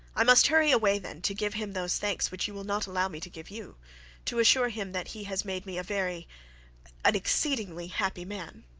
i must hurry away then, to give him those thanks which you will not allow me to give you to assure him that he has made me a very an exceedingly happy man.